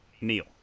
neil